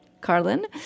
Carlin